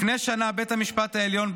לפני שנה בית המשפט העליון,